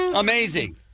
Amazing